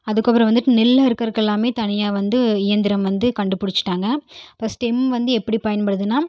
அதுக்கப்புறம் வந்துட்டு நெல் அறுக்கறதுக்கெல்லாமே தனியாக வந்து இயந்திரம் வந்து கண்டுப்பிடிச்சிட்டாங்க இப்போ ஸ்டெம் வந்து எப்படி பயன்படுதுனால்